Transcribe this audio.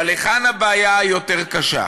אבל היכן הבעיה היותר-קשה?